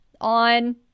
on